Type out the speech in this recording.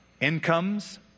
incomes